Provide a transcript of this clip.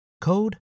code